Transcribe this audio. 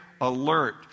alert